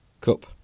Cup